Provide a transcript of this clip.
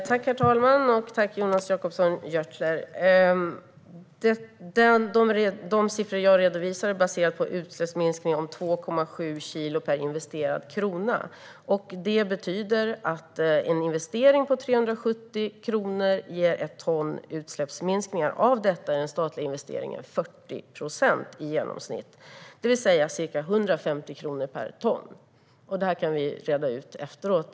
Herr talman! Tack, Jonas Jacobsson Gjörtler! De siffror som jag redovisar är baserade på utsläppsminskningar om 2,7 kilo per investerad krona. Det betyder att en investering på 370 kronor ger utsläppsminskningar på ett ton. Av detta är den statliga investeringen i genomsnitt 40 procent, det vill säga ca 150 kronor per ton.